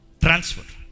transfer